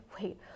wait